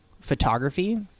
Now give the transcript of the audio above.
photography